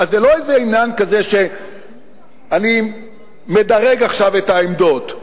זה לא איזה עניין כזה שאני מדרג עכשיו את העמדות,